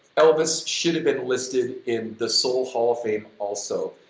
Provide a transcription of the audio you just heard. elvis should've been listed in the soul hall of fame also.